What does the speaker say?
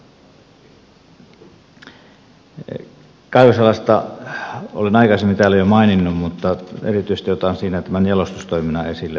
kaivosalasta olen aikaisemmin täällä jo maininnut mutta erityisesti otan siinä tämän jalostustoiminnan esille vielä